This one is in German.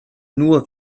nur